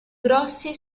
grossi